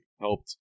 helped